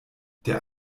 der